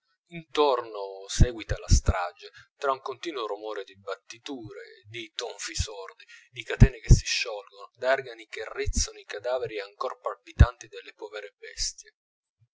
intorno seguita la strage tra un continuo romore di battiture di tonfi sordi di catene che si sciolgono d'argani che rizzano i cadaveri ancor palpitanti delle povere bestie